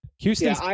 Houston